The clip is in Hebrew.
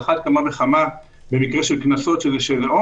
אז על אחת כמה וכמה במקרה של קנסות של עונש,